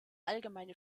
allgemeine